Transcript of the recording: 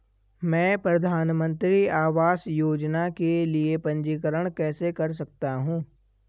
मैं प्रधानमंत्री आवास योजना के लिए पंजीकरण कैसे कर सकता हूं?